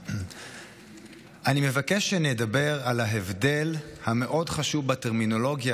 אבקש שנדבר על ההבדל המאוד-חשוב בטרמינולוגיה